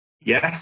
yes